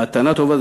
"מתנה טובה",